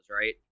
right